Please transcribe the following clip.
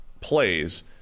plays